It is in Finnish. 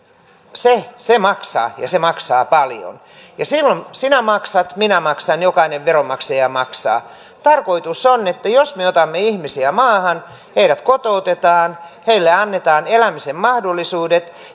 maksaa ja se maksaa paljon ja silloin sinä maksat minä maksan jokainen veronmaksaja maksaa tarkoitus on että jos me otamme ihmisiä maahan heidät kotoutetaan heille annetaan elämisen mahdollisuudet